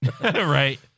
Right